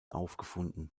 aufgefunden